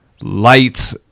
light